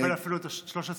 תקבל אפילו 13 דקות.